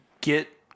get